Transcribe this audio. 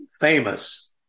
famous